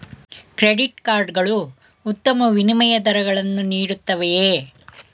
Credit card ಗಳು ಉತ್ತಮ ವಿನಿಮಯ ದರಗಳನ್ನು ನೀಡುತ್ತವೆಯೇ?